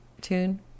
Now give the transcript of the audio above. tune